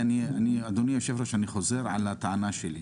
אדוני היושב-ראש, אני חוזר על הטענה שלי.